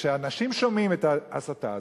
וכשאנשים שומעים את ההסתה הזאת,